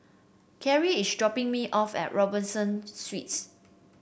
Kerrie is dropping me off at Robinson Suites